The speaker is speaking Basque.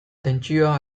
tentsioa